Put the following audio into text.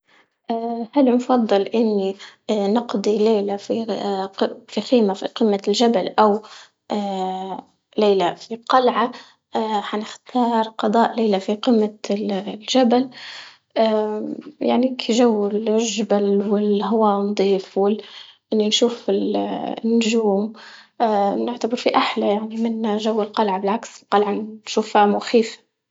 هل نفضل إني نقضي ليلة في ق- في خيمة في قمة الجبل أو ليلة في قلعة؟ حنختار قضاء ليلة في قمة ال- الجبل يعني جو الجبل والهوا نضيف إني نشوف النجوم نعتبر أحلى يعني من جو القلعة بالعكس، القلعة نشوفها مخيفة.